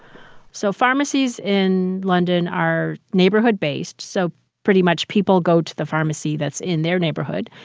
so pharmacies in london are neighborhood-based, so pretty much people go to the pharmacy that's in their neighborhood.